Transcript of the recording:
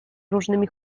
różnymi